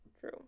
True